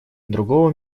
другого